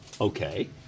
Okay